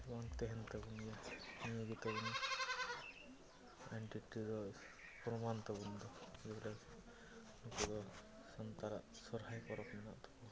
ᱟᱨᱵᱟᱝ ᱛᱟᱦᱮᱱ ᱛᱟᱵᱚᱱ ᱜᱮᱭᱟ ᱱᱤᱭᱟᱹ ᱜᱮᱛᱟᱵᱚᱱ ᱟᱭᱰᱮᱱᱴᱤᱴᱤ ᱫᱚ ᱯᱨᱚᱢᱟᱱ ᱛᱟᱵᱚᱱ ᱫᱚ ᱦᱮᱸ ᱵᱚᱞᱮ ᱱᱩᱠᱩᱫᱚ ᱥᱟᱱᱛᱟᱲᱟᱜ ᱥᱚᱦᱚᱨᱟᱭ ᱯᱚᱨᱚᱵᱽ ᱢᱮᱱᱟᱜ ᱛᱟᱠᱚᱣᱟ